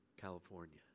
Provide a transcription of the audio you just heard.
California